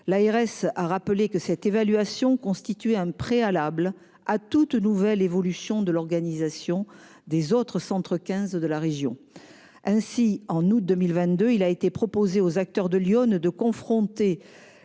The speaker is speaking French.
L'ARS a rappelé que cette évaluation constituait un préalable à toute nouvelle évolution de l'organisation des autres centres 15 de la région. Ainsi, en août 2022, il a été proposé aux acteurs de l'Yonne de confronter